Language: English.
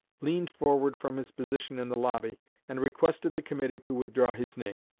leaned forward from his position in the lobby and requested the committee to withdraw his name.